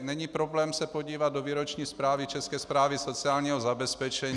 Není problém se podívat do výroční zprávy České správy sociálního zabezpečení.